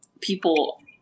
people